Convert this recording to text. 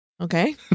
Okay